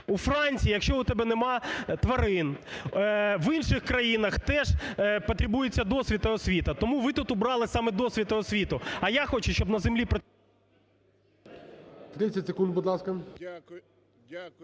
у Франції – якщо у тебе нема тварин, в інших країнах теж потребується досвід та освіта. Тому ви тут убрали саме досвід і освіту, а я хочу, щоб на землі працювали… ГОЛОВУЮЧИЙ. 30